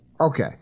Okay